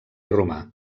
romà